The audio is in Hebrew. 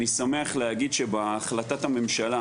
אני שמח להגיד שבהחלטת הממשלה